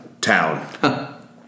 town